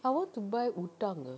I want to buy udang ah